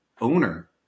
owner